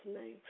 name